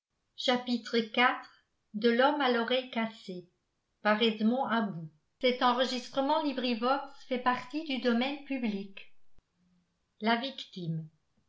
iv la victime